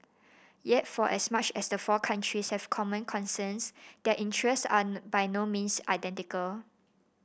yet for as much as the four countries have common concerns their interests are by no means identical